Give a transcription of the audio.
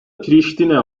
priştine